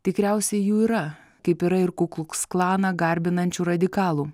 tikriausiai jų yra kaip yra ir kukluksklaną garbinančių radikalų